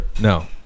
No